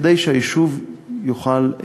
כדי שהיישוב יוכל,